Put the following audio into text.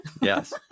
Yes